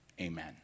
amen